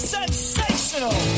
sensational